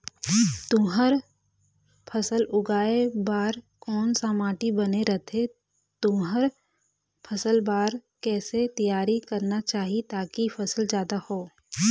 तुंहर फसल उगाए बार कोन सा माटी बने रथे तुंहर फसल बार कैसे तियारी करना चाही ताकि फसल जादा हो?